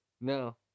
No